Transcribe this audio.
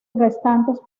restantes